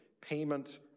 Payment